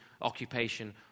occupation